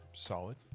Solid